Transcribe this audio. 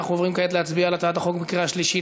אנחנו עוברים כעת להצביע על הצעת החוק בקריאה שלישית.